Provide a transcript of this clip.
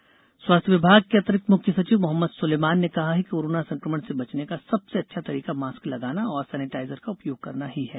Suleman corona स्वास्थ्य विभाग के अतिरिक्त मुख्य सचिव मोहम्मद सुलेमान ने कहा कि कोरोना संक्रमण से बचने का सबसे अच्छा तरीका मास्क लगाना और सैनिटाइजर का उपयोग करना ही है